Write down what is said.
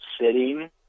sitting